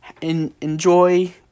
enjoy